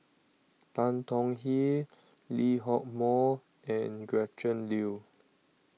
Tan Tong Hye Lee Hock Moh and Gretchen Liu